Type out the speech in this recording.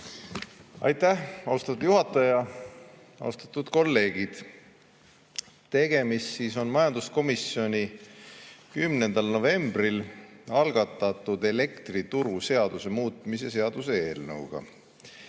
Aitäh, austatud juhataja! Austatud kolleegid! Tegemist on majanduskomisjoni 10. novembril algatatud elektrituruseaduse muutmise seaduse eelnõuga.